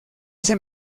ese